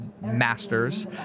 masters